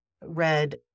read